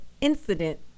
incident